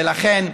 ולכן,